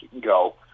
go